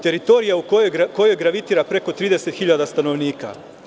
Teritorija u kojoj gravitira preko 30 hiljada stanovnika.